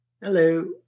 hello